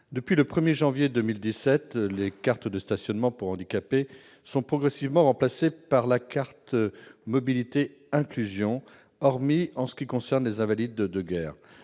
Depuis le 1 janvier 2017, les cartes de stationnement pour handicapés sont progressivement remplacées par la carte mobilité inclusion, hormis en ce qui concerne les invalides de guerre.